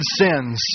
sins